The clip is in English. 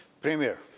Premier